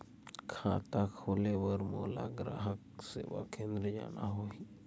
खाता खोले बार मोला ग्राहक सेवा केंद्र जाना होही?